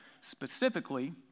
Specifically